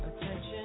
attention